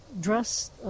dress